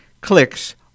Clicks